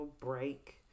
break